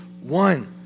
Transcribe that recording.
one